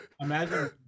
imagine